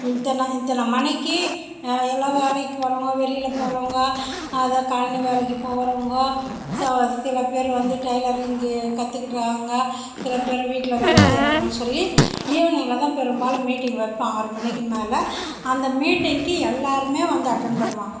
இத்தனை இத்தனை மணிக்கு எல்லாம் வேலைக்கு போறவங்க வெளியில் போறவங்க அது கழனி வேலைக்கு போறவங்க சில பேர் வந்து டெய்லரிங்கு கற்றுக்கிட்டாங்க சில பேர் வீட்டில் வேலை செய்கிறாங்கன்னு சொல்லி ஈவினிங்கில் தான் பெரும்பாலும் மீட்டிங் வைப்பேன் ஆறு மணிக்கு மேலே அந்த மீட்டிங்குக்கு எல்லோருமே வந்து அட்டெண்ட் பண்ணுவாங்க